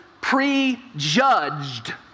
prejudged